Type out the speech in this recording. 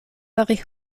fari